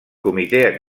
comitè